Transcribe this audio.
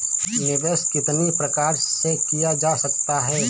निवेश कितनी प्रकार से किया जा सकता है?